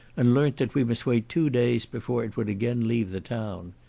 and learnt that we must wait two days before it would again leave the town.